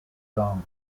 long